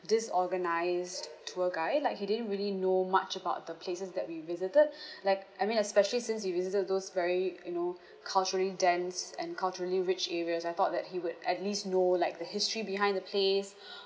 disorganised tour guide like he didn't really know much about the places that we visited like I mean especially since we visited those very you know culturally dense and culturally rich areas I thought that he would at least know like the history behind the place